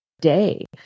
day